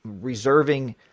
reserving